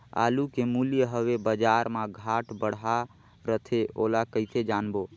आलू के मूल्य हवे बजार मा घाट बढ़ा रथे ओला कइसे जानबो?